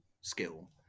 skill